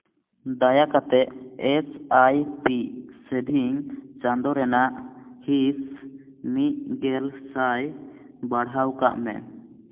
ᱫᱟᱭᱟ ᱠᱟᱛᱮᱫ S B I ᱥᱮᱵᱷᱤᱝ ᱪᱟᱫᱳ ᱨᱮᱱᱟᱜ ᱦᱤᱸᱥ ᱢᱤᱫᱜᱮᱞ ᱥᱟᱭ ᱵᱟᱲᱦᱟᱣ ᱠᱟᱜ ᱢᱮ